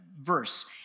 verse